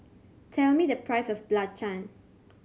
tell me the price of Belacan